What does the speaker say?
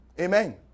Amen